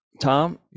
Tom